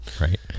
right